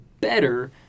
better